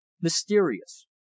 mysterious